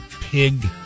pig